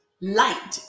Light